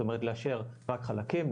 זאת אומרת לאשר רק חלקים,